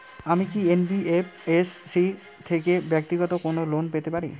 আমি কি এন.বি.এফ.এস.সি থেকে ব্যাক্তিগত কোনো লোন পেতে পারি?